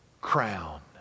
crown